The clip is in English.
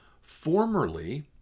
formerly